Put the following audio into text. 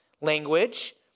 language